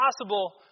possible